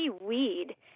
weed